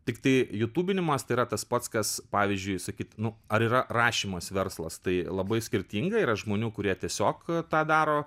tiktai jutubinimas tai yra tas pats kas pavyzdžiui sakyt nu ar yra rašymas verslas tai labai skirtinga yra žmonių kurie tiesiog tą daro